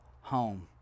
home